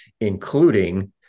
including